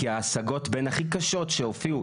כי ההסגות הכי קשות שהופיעו,